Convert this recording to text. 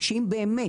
שאם באמת